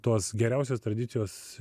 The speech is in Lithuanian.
tos geriausios tradicijos